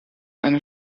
eine